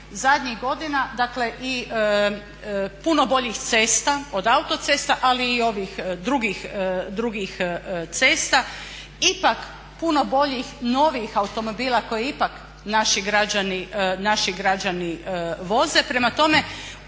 zadnjih godina i puno boljih cesta od autocesta, ali i ovih drugih cesta ipak puno boljih novijih automobila koje ipak naši građani voze, prema tome